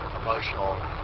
emotional